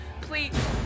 please